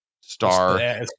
Star